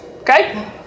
Okay